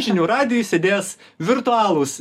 žinių radijuj sėdės virtualūs